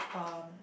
um